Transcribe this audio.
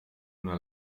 una